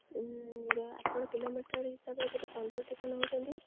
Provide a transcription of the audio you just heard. ଆପଣ କିଲୋମିଟର୍ ହିସାବରେ ଯଦି ପନ୍ଦର ଟଙ୍କା ନେଉଛନ୍ତି